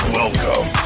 welcome